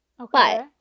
Okay